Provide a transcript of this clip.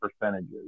percentages